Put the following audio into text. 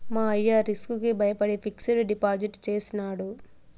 మా అయ్య రిస్క్ కి బయపడి ఫిక్సిడ్ డిపాజిట్ చేసినాడు